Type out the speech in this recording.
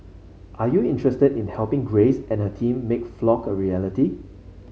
are you interested in helping Grace and her team make Flock a reality